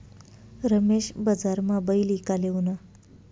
रमेश बजारमा बैल ईकाले ऊना